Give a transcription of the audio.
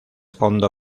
fondo